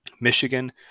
Michigan